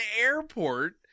airport